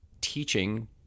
teaching